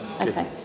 okay